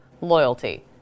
loyalty